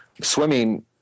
swimming